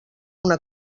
una